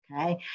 okay